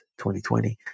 2020